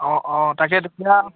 অঁ অঁ তাকেইটো এতিয়া